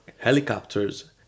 helicopters